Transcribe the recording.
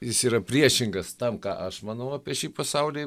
jis yra priešingas tam ką aš manau apie šį pasaulį